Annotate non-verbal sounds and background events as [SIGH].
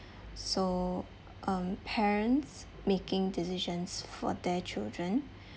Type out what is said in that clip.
so um parents making decisions for their children [BREATH]